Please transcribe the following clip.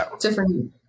different